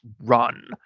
run